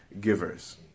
givers